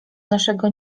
naszego